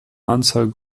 anzahl